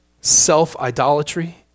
self-idolatry